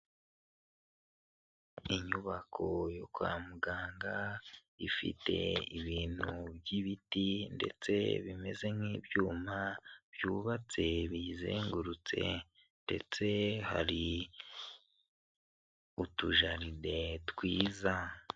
Inyubako yo kwa muganga, ifite ibintu by'ibiti ndetse bimeze nk'ibyuma, byubatse biyizengurutse. Ndetse hari utujaride twiza.